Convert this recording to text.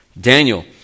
Daniel